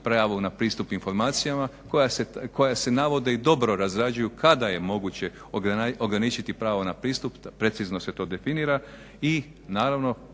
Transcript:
prava na pristup informacijama koja se navode i dobro razrađuju kada je moguće ograničiti pravo na pristup precizno se to definira i naravno